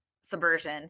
subversion